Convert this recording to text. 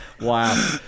Wow